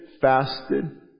fasted